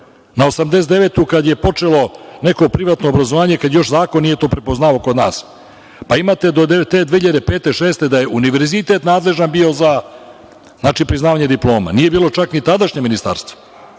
Na 1989. godinu kada je počelo neko privatno obrazovanje, kad još zakon nije to prepoznavao kod nas. Pa, imate do 2005, 2006. godine da je univerzitet nadležan bio za priznavanje diploma. Nije bilo čak ni tadašnje ministarstvo.